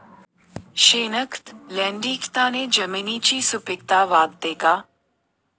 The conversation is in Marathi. शेणखत, लेंडीखताने जमिनीची सुपिकता वाढते का?